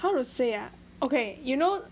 how to say ah okay you know